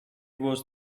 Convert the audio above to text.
was